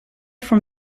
from